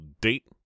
date